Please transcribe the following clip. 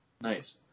Nice